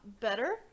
better